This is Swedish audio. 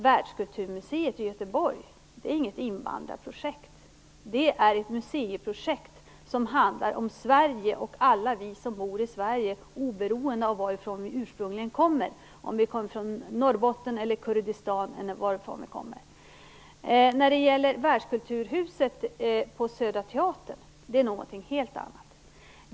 Världskulturmuseet i Göteborg är ju inget invandrarprojekt. Det är ett museiprojekt som handlar om Sverige och om alla oss som bor i Sverige oberoende av varifrån vi ursprungligen kommer - Norrbotten eller Kurdistan. Världskulturhuset på Södra teatern är något helt annat.